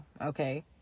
okay